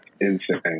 Insane